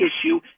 issue